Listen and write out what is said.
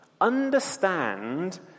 Understand